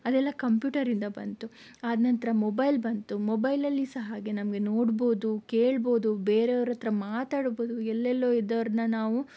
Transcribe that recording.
ಅದೆಲ್ಲ ಕಂಪ್ಯೂಟರಿಂದ ಬಂತು ಆದ ನಂತರ ಮೊಬೈಲ್ ಬಂತು ಮೊಬೈಲಲ್ಲಿ ಸಹ ಹಾಗೆ ನಮಗೆ ನೋಡಬಹುದು ಕೇಳಬಹುದು ಬೇರೆಯವರ ಹತ್ತಿರ ಮಾತಾಡಬಹುದು ಎಲ್ಲೆಲ್ಲೋ ಇದ್ದವರನ್ನು ನಾವು